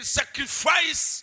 sacrifice